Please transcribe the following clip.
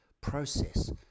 process